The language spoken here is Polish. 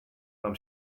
nam